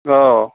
ꯑꯣ